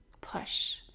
push